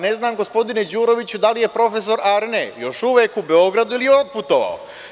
Ne znam gospodine Đuroviću, da li je profesor Arne, još uvek u Beogradu, ili je otputovao?